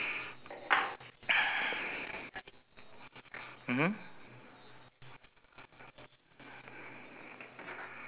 the spelling of the peach is same uh norm~ correct lah P